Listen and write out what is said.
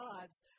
gods